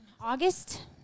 August